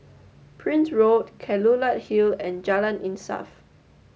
Prince Road Kelulut Hill and Jalan Insaf